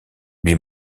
lui